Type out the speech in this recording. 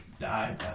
die